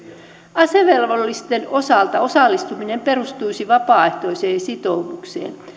asevelvollisten osalta osallistuminen perustuisi vapaaehtoiseen sitoumukseen